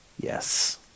Yes